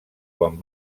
quan